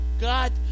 God